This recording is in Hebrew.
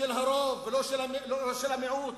של הרוב ולא של המיעוט